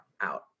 out